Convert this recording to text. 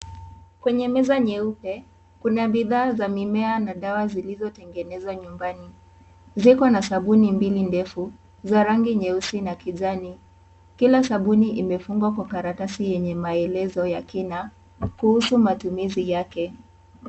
Kwenye meza nyeupe kuna bidhaa za mimea na fasa zilizotengenezwa nyumbani, ziko na sabuni mbili ndefu za rangi nyeusi na kijani, kila sabuni imefungwa kwa karatasi yenye maelezo ya kina kuhusu matumizi yake.